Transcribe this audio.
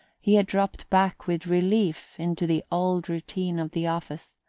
he had dropped back with relief into the old routine of the office,